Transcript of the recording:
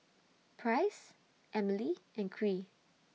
Price Emilee and Kyree